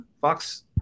Fox